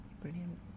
brilliant